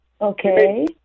Okay